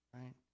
right